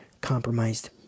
compromised